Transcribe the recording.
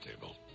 table